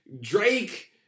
Drake